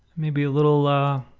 maybe a little